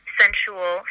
sensual